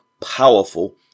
powerful